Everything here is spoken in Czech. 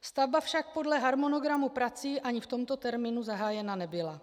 Stavba však podle harmonogramu prací ani v tomto termínu zahájena nebyla.